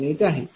553818 आहे